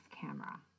camera